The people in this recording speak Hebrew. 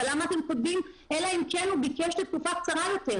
אבל למה אתם כותבים: אלא אם כן הוא ביקש לתקופה קצרה יותר?